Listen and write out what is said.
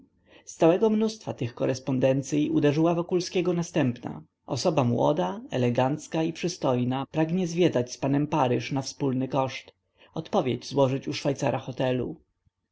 z całego mnóstwa tych korespondencyj uderzyła wokulskiego następna osoba młoda elegancka i przystojna pragnie zwiedzać z panem paryż na wspólny koszt odpowiedź złożyć u szwajcara hotelu